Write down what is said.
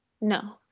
No